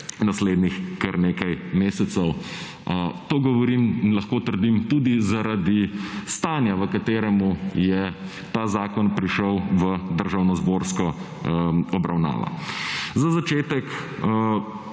naslednjih kar nekaj mesec. To govorim in lahko trdim tudi zaradi stanja, v kateremu je ta zakon prišel v državnozborsko obravnavo. Za začetek,